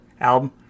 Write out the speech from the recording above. album